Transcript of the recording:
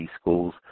schools